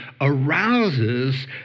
arouses